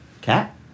Cat